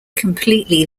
completely